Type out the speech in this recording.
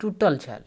टुटल छल